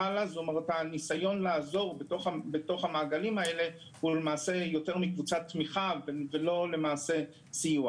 הניסיון לעזור בתוך המעגלים האלה הוא יותר קבוצת תמיכה ופחות סיוע.